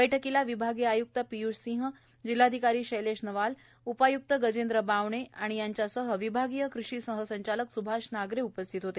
बैठकीला विभागीय आय्क्त पियूष सिंह जिल्हाधिकारी शैलेश नवाल उपाय्क्त गजेंद्र बावणे संजय पवार विभागीय कृषी सहसंचालक स्भाष नागरे उपस्थित होते